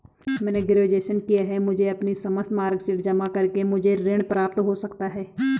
मैंने ग्रेजुएशन किया है मुझे अपनी समस्त मार्कशीट जमा करके मुझे ऋण प्राप्त हो सकता है?